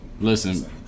Listen